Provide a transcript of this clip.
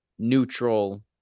neutral